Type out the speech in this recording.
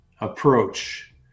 approach